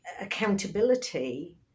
accountability